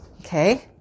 Okay